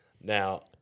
now